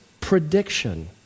prediction